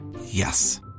Yes